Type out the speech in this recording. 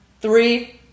three